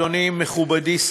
אדוני מכובדי,